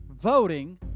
voting